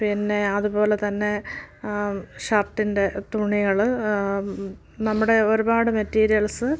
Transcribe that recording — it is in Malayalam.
പിന്നെ അതുപോലെ തന്നെ ഷർട്ടിൻ്റെ തുണികൾ നമ്മുടെ ഒരുപാട് മെറ്റീരിയൽസ്